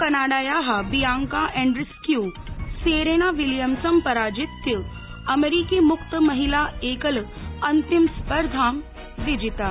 कनाडाया Bianca Andreescu Serena विलियम्सं पराजित्य अमरीकी मुक्त महिला एकल अन्तिमस्पर्धां विजिता